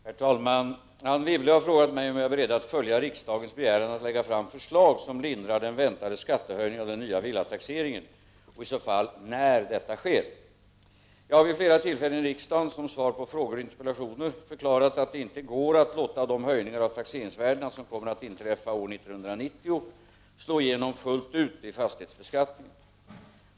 Herr talman! Anne Wibble har frågat mig om jag är beredd att följa riksdagens begäran att lägga fram förslag som lindrar den väntade skattehöjningen av den nya villataxeringen och i så fall när detta sker. Jag har vid flera tillfällen i riksdagen, som svar på frågor och interpellationer, förklarat att det inte går att låta de höjningar av taxeringsvärdena som kommer att inträffa år 1990 slå igenom fullt ut vid fastighetsbeskattningen.